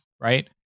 right